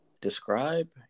describe